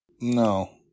No